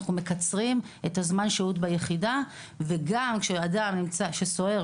את זמן השהות ביחידה; גם כשסוהר